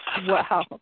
Wow